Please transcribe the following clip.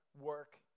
work